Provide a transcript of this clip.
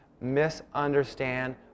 misunderstand